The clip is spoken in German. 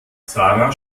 sara